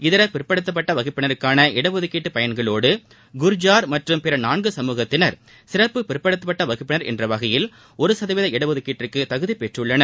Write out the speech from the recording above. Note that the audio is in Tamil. இதர பிற்படுத்தப்பட்ட வகுப்பினருக்கான இட ஒதுக்கீட்டு பயன்களோடு குர்ஜார் மற்றும் பிற நான்கு சமுகத்தினர் சிறப்பு பிற்படுத்தப்பட்ட வகுப்பினர் என்ற வகையில் ஒரு சதவீத இடஒதுக்கீட்டிற்கு தகுதி பெற்றுள்ளனர்